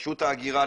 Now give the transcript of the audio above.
ברשות ההגירה,